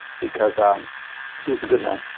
because um he was a good man.